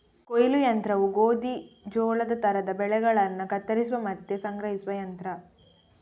ಕೊಯ್ಲು ಯಂತ್ರವು ಗೋಧಿ, ಜೋಳದ ತರದ ಬೆಳೆಗಳನ್ನ ಕತ್ತರಿಸುವ ಮತ್ತೆ ಸಂಗ್ರಹಿಸುವ ಯಂತ್ರ